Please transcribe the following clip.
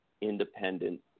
independent